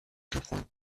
different